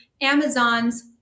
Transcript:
Amazon's